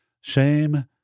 Shame